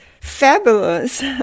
fabulous